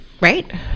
right